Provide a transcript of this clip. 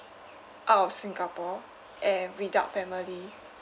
out of singapore and without family